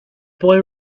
boy